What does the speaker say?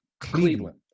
Cleveland